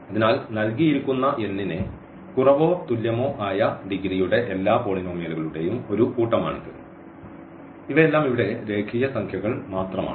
അതിനാൽ നൽകിയിരിക്കുന്ന n ന് കുറവോ തുല്യമോ ആയ ഡിഗ്രിയുടെ എല്ലാ പോളിനോമിയലുകളുടെയും ഒരു കൂട്ടമാണിത് ഇവയെല്ലാം ഇവിടെ രേഖീയ സംഖ്യകൾ മാത്രമാണ്